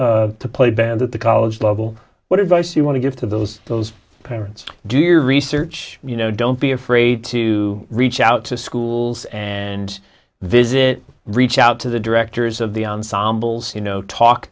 play bad at the college level what advice you want to give to those those parents do your research you know don't be afraid to reach out to schools and visit reach out to the directors of the ensembles you know talk